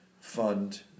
fund